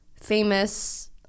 famous